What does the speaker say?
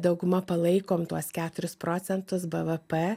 dauguma palaikom tuos keturis procentus bv p